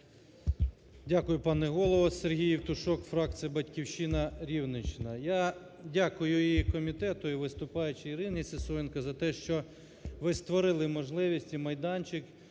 Дякую, пане Голово. Сергій Євтушок, фракція "Батьківщина", Рівненщина. Я дякую і комітету, і виступаючій Ірині Сисоєнко за те, що ви створили можливість і майданчик